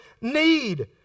need